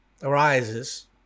arises